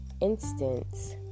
instance